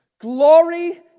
glory